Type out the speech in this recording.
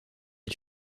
est